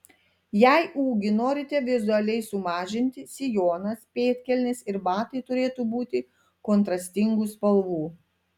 jei ūgį norite vizualiai sumažinti sijonas pėdkelnės ir batai turėtų būti kontrastingų spalvų